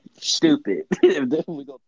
stupid